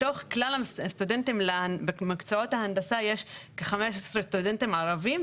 מתוך כלל הסטודנטים במקצועות ההנדסה יש כ-15 סטודנטים ערבים.